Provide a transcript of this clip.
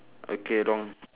okay wrong